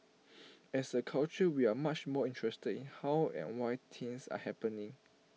as A culture we are much more interested in how and why things are happening